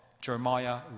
Jeremiah